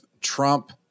Trump